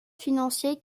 financier